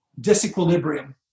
disequilibrium